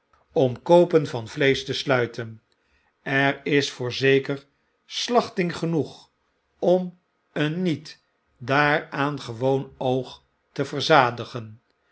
om koopen van vleesch te sluiten er is voorzeker slachting genoeg om een niet daaraan gewoon oog te verzadigen